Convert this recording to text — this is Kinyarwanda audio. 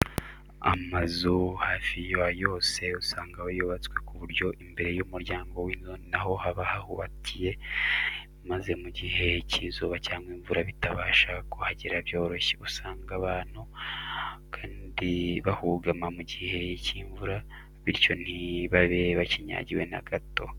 Amazu hafi ya yose usanga aba yubatswe ku buryo imbere y'umuryango w'inzu na ho haba hubakiye, maze mu gihe cy'izuba cyangwa imvura bitabasha kuhagera byoroshye. Usanga abantu kandi bahugama mu gihe cy'imvura, bityo ntibabe bakinyagiwe na gato.